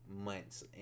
months